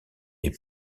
est